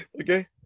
Okay